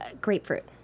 grapefruit